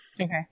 Okay